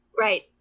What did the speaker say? Right